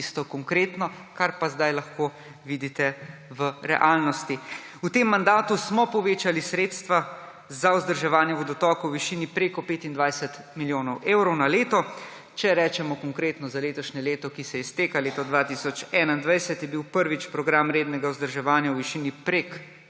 tisto konkretno, kar pa zdaj lahko vidite v realnosti. V tem mandatu smo povečali sredstva za vzdrževanje vodotokov v višini preko 25 milijonov evrov na leto. Če rečemo konkretno za letošnje leto, ki se izteka, leto 2021, je bil prvič program rednega vzdrževanja v višini preko